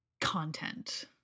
content